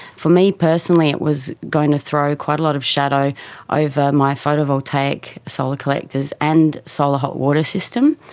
for me personally it was going to throw quite a lot of shadow over my photovoltaic solar collectors and solar hot water system.